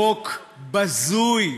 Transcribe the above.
חוק בזוי,